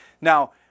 Now